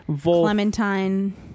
clementine